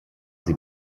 sie